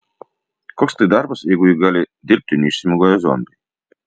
koks tai darbas jeigu jį gali dirbti neišsimiegoję zombiai